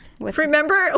Remember